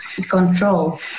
control